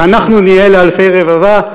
שאנחנו נהיה לאלפי רבבה.